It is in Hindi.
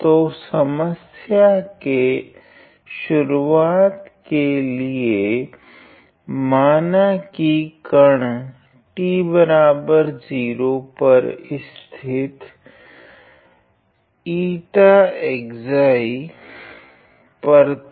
तो समस्या के शुरुआत के लिए माना की कण t0 पर स्थिति ζη पर था